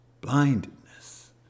Blindness